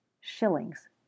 shillings